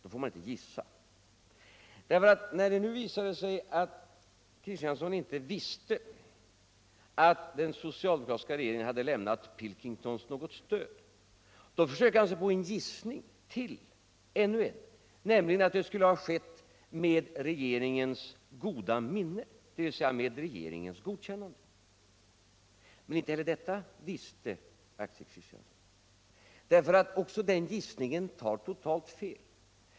Då får man inte gissa. När det nu visade sig att Axel Kristiansson inte visste om den socialdemokratiska regeringen hade lämnat aktiebolaget Pilkington något stöd, så försökte han sig på ännu en gissning, nämligen att det skulle ha skett med regeringens goda minne, dvs. med regeringens godkännande. Men inte heller detta visste Axel Kristiansson. Även den gissningen var fel.